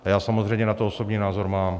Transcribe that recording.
Já samozřejmě na to osobní názor mám.